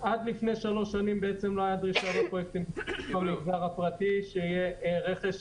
עד לפני שלוש שנים לא הייתה דרישה לפרויקטים במגזר הפרטי שיהיה רכש.